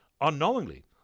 unknowingly